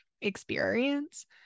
experience